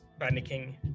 panicking